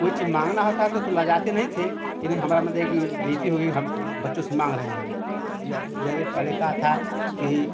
कोई चीज़ मांगना होता था तो लजाते नहीं थे कि नहीं हमारा मदे है की बेज्ती हो गई हम बच्चों से मांग रहे हैं या जैसे पहले का था कि